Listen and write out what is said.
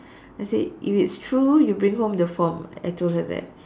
I said if it's true you bring home the form I told her that